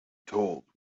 told